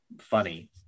funny